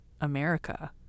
America